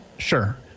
Sure